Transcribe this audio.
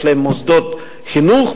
יש להם מוסדות חינוך,